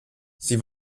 sie